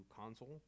console